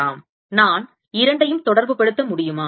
நான் இரண்டையும் தொடர்புபடுத்த முடியுமா